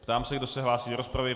Ptám se, kdo se hlásí do rozpravy?